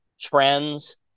trends